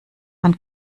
man